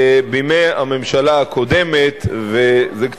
בימי הממשלה הקודמת, די, נו, באמת.